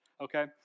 okay